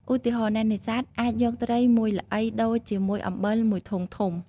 ឧទាហរណ៍ អ្នកនេសាទអាចយកត្រីមួយល្អីដូរជាមួយអំបិលមួយធុងធំ។